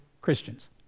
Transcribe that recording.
Christians